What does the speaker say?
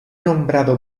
nombrado